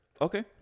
Okay